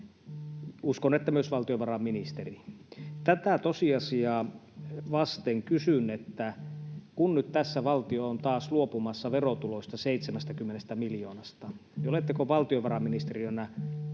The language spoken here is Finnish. uskon, että myös valtiovarainministeri on. Tätä tosiasiaa vasten kysyn, että kun nyt tässä valtio on taas luopumassa verotuloista, 70 miljoonasta, niin oletteko valtiovarainministeriönä